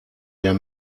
der